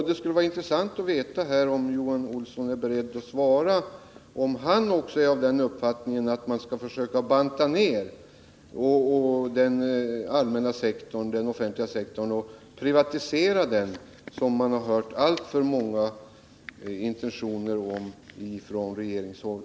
Det skulle vara intressant att från Johan Olsson få ett svar på frågan om också han har den uppfattningen att man skall försöka banta ned och privatisera den offentliga sektorn, såsom man alltför ofta har hört framhållas i de intentioner som framförts från regeringshåll.